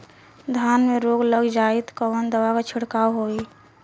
धान में रोग लग जाईत कवन दवा क छिड़काव होई?